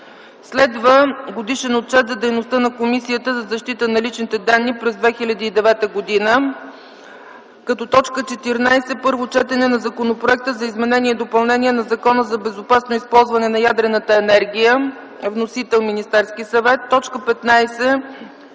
13. Годишен отчет за дейността на Комисията за защита на личните данни през 2009 г. 14. Първо четене на Законопроекта за изменение и допълнение на Закона за безопасно използване на ядрената енергия. Вносител - Министерският съвет. 15.